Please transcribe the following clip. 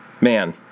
man